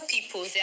people